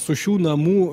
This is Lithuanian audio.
su šių namų